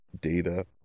data